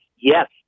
Yes